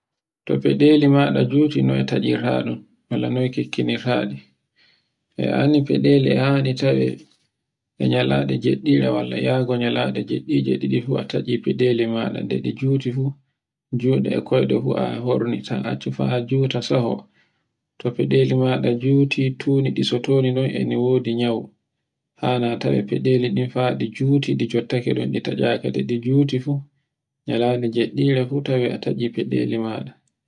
to feɗeli maɗa juti, noy taccirtaɗum, walla noy kekkinir taɗe, e anndi feɗeli e yahani tawe e nyaleɗe jeɗɗire, walla iyago nyalago jiɗɗiji ɗiɗi fu a tacci faɗeli maɗa nde ɗi juti fu, joɗa e koyɗe fu a horrni ta accu fa juta saho. To feɗeli maɗa juɗi tundi ɗi soto, e ɗi njodi nyawu hana tawa feɗeli ndin fa ɗi juti ɗi jottake ɗon to ɗi juti fu tawe a tacci feɗeli ma.